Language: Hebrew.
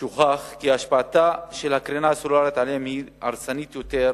הוכח כי השפעתה של הקרינה הסלולרית עליהם היא הרסנית ביותר